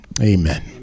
amen